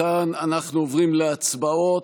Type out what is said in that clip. מכאן אנחנו עוברים להצבעה,